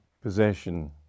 possession